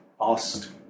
asked